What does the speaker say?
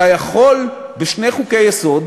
אתה יכול בשני חוקי-יסוד,